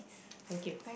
thank you